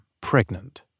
pregnant